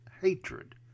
hatred